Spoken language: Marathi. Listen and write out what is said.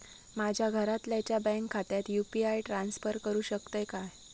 माझ्या घरातल्याच्या बँक खात्यात यू.पी.आय ट्रान्स्फर करुक शकतय काय?